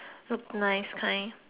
look nice kind